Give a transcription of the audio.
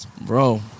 Bro